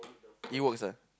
it works ah